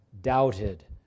doubted